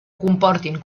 comportin